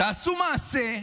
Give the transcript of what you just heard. תעשו מעשה.